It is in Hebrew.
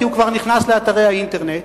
כי הוא כבר נכנס לאתרי האינטרנט,